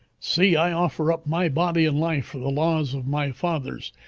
see, i offer up my body and life for the laws of my fathers,